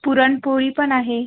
पुरणपोळी पण आहे